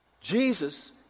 Jesus